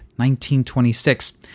1926